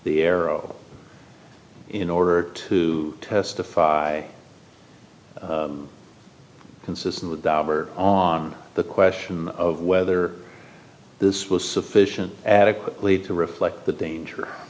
the arrow in order to testify consistent with dauber on the question of whether this was sufficient adequately to reflect the